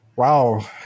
Wow